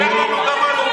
אפילו בהצבעות,